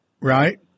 right